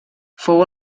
fou